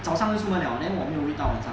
早上就出门了 then 我没有一到晚上